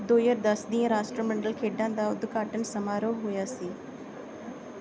ਦੋ ਹਜ਼ਾਰ ਦਸ ਦੀਆਂ ਰਾਸ਼ਟਰਮੰਡਲ ਖੇਡਾਂ ਦਾ ਉਦਘਾਟਨ ਸਮਾਰੋਹ ਹੋਇਆ ਸੀ